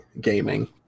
gaming